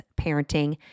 parenting